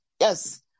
yes